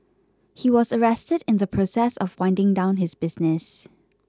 he was arrested in the process of winding down his business